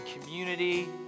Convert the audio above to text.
community